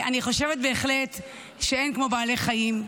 אני חושבת בהחלט שאין כמו בעלי חיים,